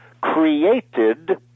created